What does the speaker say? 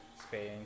Spain